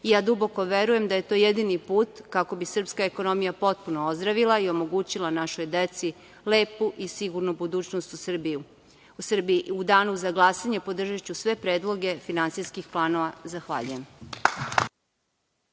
Ja duboko verujem da je to jedini put kako bi srpska ekonomija potpuno ozdravila i omogućila našoj deci lepu i sigurnu budućnost u Srbiji.U danu za glasanje podržaću sve predloge finansijskih planova. Zahvaljujem.